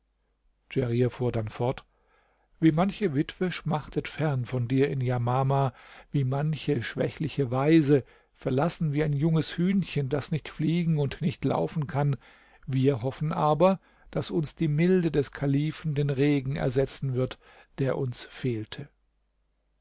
djerir fuhr dann fort wie manche witwe schmachtet fern von dir in jamama wie manche schwächliche waise verlassen wie ein junges hühnchen das nicht fliegen und nicht laufen kann wir hoffen aber daß uns die milde des kalifen den regen ersetzen wird der uns fehlte